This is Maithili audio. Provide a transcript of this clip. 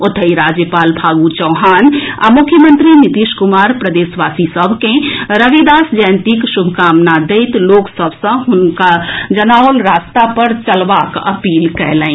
ओतहि राज्यपाल फागू चौहान आ मुख्यमंत्री नीतीश कुमार प्रदेश वासी सभ के रविदास जयंतीक शुभकामना दैत लोक सभ सँ हुनकर जनाओल रस्ता पर चलबाक अपील कयलनि